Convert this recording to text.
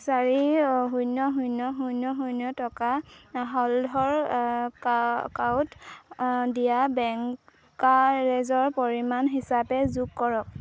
চাৰি শূন্য শূন্য শূন্য শূন্য টকা হলধৰ কেওট দিয়া ব্ৰ'কাৰেজৰ পৰিমাণ হিচাপে যোগ কৰক